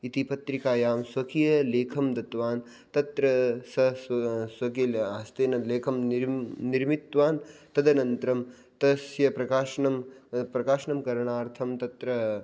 इति पत्रिकायां स्वकीयलेखं दत्तवान् तत्र सः स्व स्वकीयहस्तेन लेखं निर्मित् निर्मितवान् तदनन्तरं तस्य प्रकाशनं प्रकाशनं करणार्थं तत्र